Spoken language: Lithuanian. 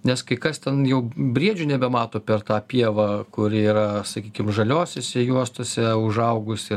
nes kai kas ten jau briedžių nebemato per tą pievą kuri yra sakykim žaliosiose juostose užaugusi